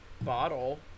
bottle